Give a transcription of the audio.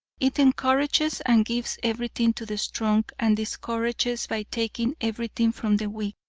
it encourages and gives everything to the strong and discourages by taking everything from the weak.